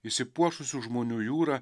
išsipuošusių žmonių jūra